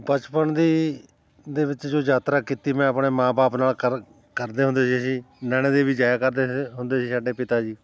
ਬਚਪਨ ਦੀ ਦੇ ਵਿੱਚ ਜੋ ਯਾਤਰਾ ਕੀਤੀ ਮੈਂ ਆਪਣੇ ਮਾਂ ਬਾਪ ਨਾਲ ਕਰ ਕਰਦੇ ਹੁੰਦੇ ਸੀ ਨੈਣਾ ਦੇਵੀ ਜਾਇਆ ਕਰਦੇ ਹੁੰਦੇ ਸੀ ਸਾਡੇ ਪਿਤਾ ਜੀ